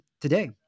today